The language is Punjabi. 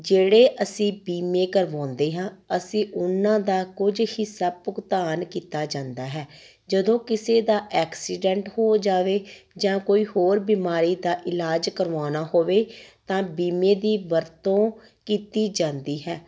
ਜਿਹੜੇ ਅਸੀਂ ਬੀਮੇ ਕਰਵਾਉਂਦੇ ਹਾਂ ਅਸੀਂ ਉਹਨਾਂ ਦਾ ਕੁਝ ਹਿੱਸਾ ਭੁਗਤਾਨ ਕੀਤਾ ਜਾਂਦਾ ਹੈ ਜਦੋਂ ਕਿਸੇ ਦਾ ਐਕਸੀਡੈਂਟ ਹੋ ਜਾਵੇ ਜਾਂ ਕੋਈ ਹੋਰ ਬਿਮਾਰੀ ਦਾ ਇਲਾਜ ਕਰਵਾਉਣਾ ਹੋਵੇ ਤਾਂ ਬੀਮੇ ਦੀ ਵਰਤੋਂ ਕੀਤੀ ਜਾਂਦੀ ਹੈ